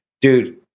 Dude